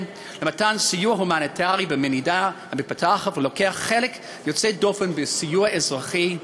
סיוע הומניטרי במדינה מתפתחת ולקח חלק יוצא דופן בסיוע אזרחי,